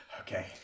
okay